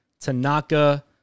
Tanaka